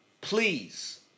Please